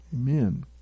Amen